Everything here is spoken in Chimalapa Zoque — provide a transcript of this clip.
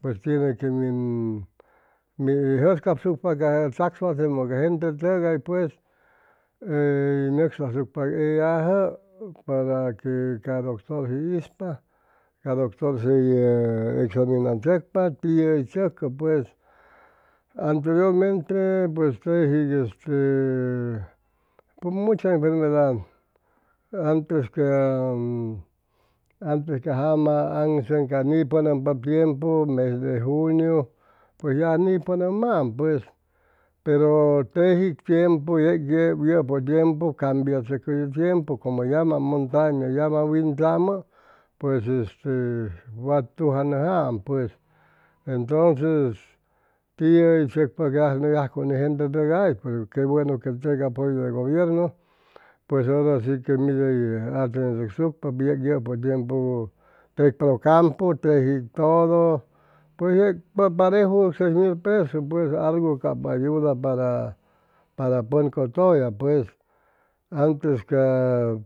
pues tiene que min mi jʉscapsucpa ca ca gente tʉgay pues hʉy nʉcsasucpa ellajʉ para que ca doctor hʉy ispa ca doctor hʉy examinachʉcpa tiʉ hʉy chʉcʉ pues anteriormente pues tejig este pues muchas enfermedades antes ca antes ca jama aŋsʉŋ ca nipʉnʉmpap tiempu mes de junio pues ya nipʉmnʉmaam pues pero teji tiempu yeg yʉpʉ tiempu cambiachʉcʉ ye tiempu como yamam montaña yamam wintzamʉ pues este wa tujanʉjaam pues entonces tiʉ hʉy tzʉcpa yajcu ni gente tʉga'is que buenu que teg apoyo de gobiernu pues hora si que mit hʉy atendechʉcsucpa bien yʉpʉ tiempu teg procampu teji todo pues yeg pareju seis mil pues pues algu cap ayuda para para pʉn cʉtʉya pues antes ca